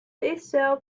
itself